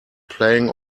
playing